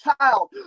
child